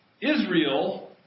Israel